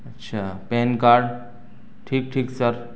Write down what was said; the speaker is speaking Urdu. اچھا پین کارڈ ٹھیک ٹھیک سر